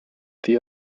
the